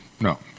no